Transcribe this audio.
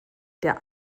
der